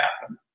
happen